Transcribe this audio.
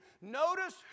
Notice